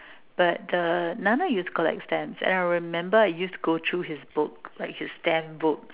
but the Nana used to collect stamps and I remember I used to go through his book like his stamp book